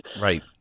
right